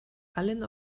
allen